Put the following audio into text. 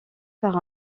par